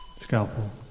Scalpel